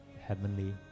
Heavenly